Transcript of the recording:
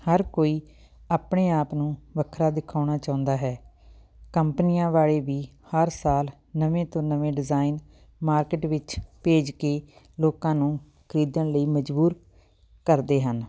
ਹਰ ਕੋਈ ਆਪਣੇ ਆਪ ਨੂੰ ਵੱਖਰਾ ਦਿਖਾਉਣਾ ਚਾਹੁੰਦਾ ਹੈ ਕੰਪਨੀਆਂ ਵਾਲੇ ਵੀ ਹਰ ਸਾਲ ਨਵੇਂ ਤੋਂ ਨਵੇਂ ਡਿਜ਼ਾਇਨ ਮਾਰਕੀਟ ਵਿੱਚ ਭੇਜ ਕੇ ਲੋਕਾਂ ਨੂੰ ਖਰੀਦਣ ਲਈ ਮਜਬੂਰ ਕਰਦੇ ਹਨ